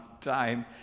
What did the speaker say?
time